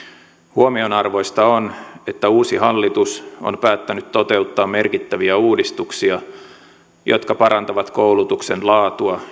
huomionarvoista on että uusi hallitus on päättänyt toteuttaa merkittäviä uudistuksia jotka parantavat koulutuksen laatua